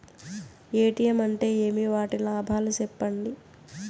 ATM అంటే ఏమి? వాటి లాభాలు సెప్పండి?